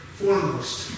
foremost